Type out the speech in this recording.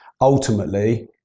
ultimately